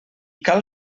cal